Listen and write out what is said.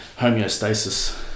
homeostasis